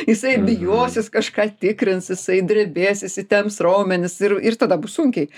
jisai bijos jis kažką tikrins jisai drebės įsitemps raumenys ir ir tada bus sunkiai